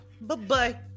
Bye-bye